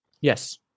Yes